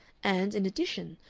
and, in addition,